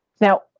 Now